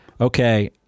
okay-